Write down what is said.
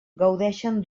gaudeixen